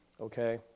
okay